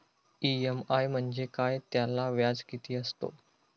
EMI म्हणजे काय? त्याला व्याज किती असतो?